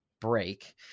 break